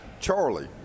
Charlie